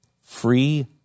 Free